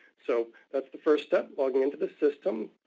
so that's the first step, logging into the system.